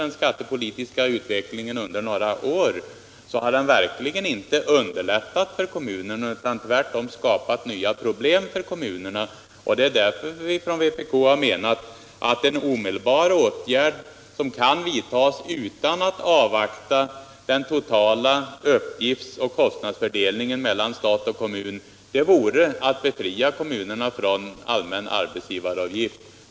Den skattepolitiska utvecklingen under senare år har verkligen inte underlättat för kommunerna utan tvärtom skapat nya problem för dem. En åtgärd som kan vidtas utan att man avvaktar ett förslag om den totala uppgiftsoch kostnadsfördelningen mellan stat och kommun vore att befria kommunerna från allmän arbetsgivaravgift.